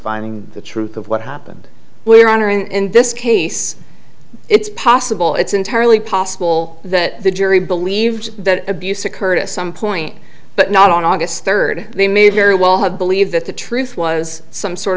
finding the truth of what happened we're honoring in this case it's possible it's entirely possible that the jury believed that abuse occurred at some point but not on august third they may very well have believed that the truth was some sort